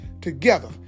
Together